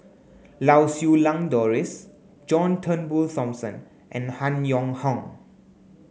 Lau Siew Lang Doris John Turnbull Thomson and Han Yong Hong